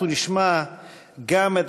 אנחנו נשמע גם את